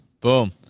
Boom